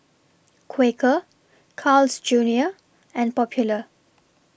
Quaker Carl's Junior and Popular